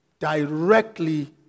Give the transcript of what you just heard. directly